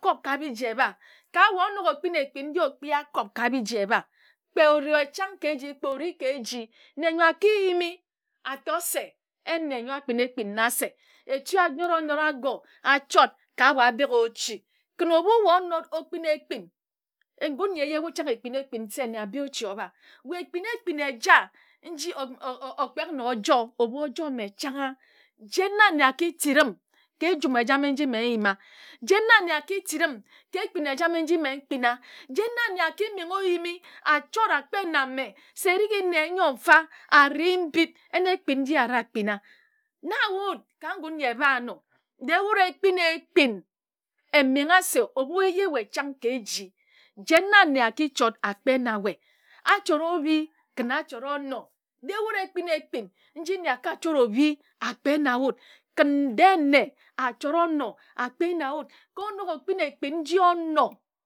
Kok kabi ji eba ka wae onok okpin ekpin okpia akob ka biji eba kpe wae chang ke eji kpe oji ke eji nne nyor akajimi ator se yin nne nyor akpin ekpin na se echi anore onore egor achord ka abor adeke ochi kin ebu wae onod okpin ekpin ngun nyi eje wud chnag ekpin ekpin se nne abe ochi oba wae kpin ekpin eja nji okpek na ojor ebu ojor mme chang a jen na nne atid m ka ejum ejama nji mme nyima jen na nne aki meng oyimi achord akpe na mme se erigi nne nyor mfa ari mbid yin ekpin nji areh akpina na wud ka ngun nyi ebu anor de wud ekpin ekpin emangha se ebu eje wae chank ke eji jen na nne aki chord akpe na wae achord obi ken achord onor de wud ekpin ekpin nji-ne akachord obi akpe na wud kin de nne achord onor akpe na wud kor onok okpin ekpin ekpin nji onor